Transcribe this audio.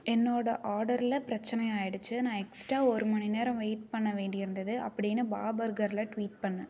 என்னோட ஆடரில் பிரச்சனை ஆயிடுச்சு நான் எக்ஸ்ட்ரா ஒரு மணி நேரம் வெயிட் பண்ண வேண்டியிருந்தது அப்படின்னு பாபர்கரில் ட்வீட் பண்ணு